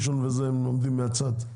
ראשון וזה הם עומדים מהצד.